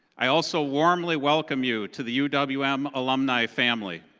i also warmly welcome you to the u w m alumni family.